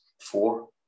four